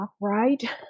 right